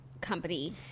company